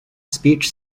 speech